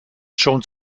schon